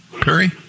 Perry